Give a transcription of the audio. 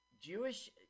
Jewish –